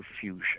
fusion